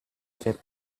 fait